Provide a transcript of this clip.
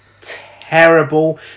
terrible